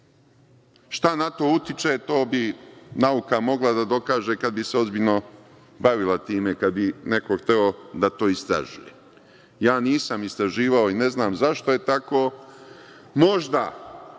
Šta na to utiče, to bi nauka mogla da dokaže kad bi se ozbiljno bavila time, kad bi neko hteo da to istražuje. Ja nisam istraživao i ne znam zašto je tako. Možda